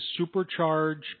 supercharge